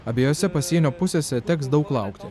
abiejose pasienio pusėse teks daug laukti